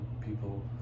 people